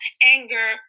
anger